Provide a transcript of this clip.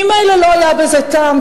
ממילא לא היה בזה טעם,